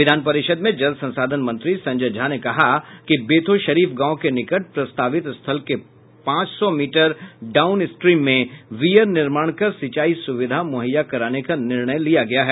विधान परिषद में जल संसाधन मंत्री संजय झा ने कहा कि बेथौशरीफ गांव के निकट प्रस्तावित स्थल के पांच सौ मीटर डाउनस्ट्रीम में वीयर निर्माण कर सिंचाई सुविधा मुहैया कराने का निर्णय लिया गया है